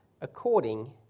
according